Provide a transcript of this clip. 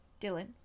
Dylan